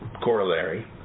corollary